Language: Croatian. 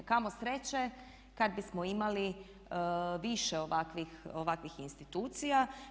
Kamo sreće kad bismo imali više ovakvih institucija.